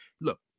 Look